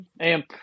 amp